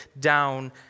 down